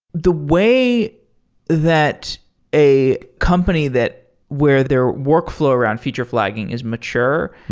the way that a company that where their workflow around feature flagging is mature,